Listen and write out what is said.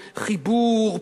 חיבור,